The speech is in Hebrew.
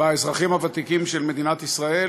באזרחים הוותיקים של מדינת ישראל